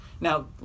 Now